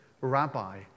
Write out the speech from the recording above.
rabbi